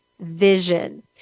vision